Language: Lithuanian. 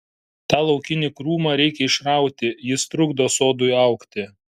tą laukinį krūmą reikia išrauti jis trukdo sodui augti